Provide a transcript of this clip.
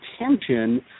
attention